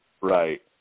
Right